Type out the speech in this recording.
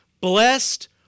blessed